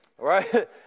right